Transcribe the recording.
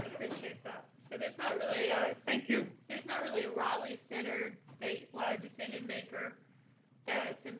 appreciate that. so there's not really a thank you. there's not really a raleigh centered state wide decision maker that's,